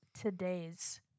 today's